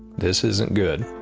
this isn't good.